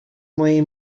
mojej